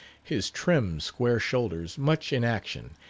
his trim square shoulders much in action,